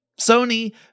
Sony